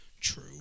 true